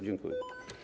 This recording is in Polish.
Dziękuję.